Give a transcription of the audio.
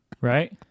Right